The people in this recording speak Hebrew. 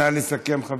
נא לסכם, חבר הכנסת כהן.